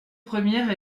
première